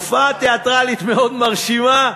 הופעה תיאטרלית מאוד מרשימה.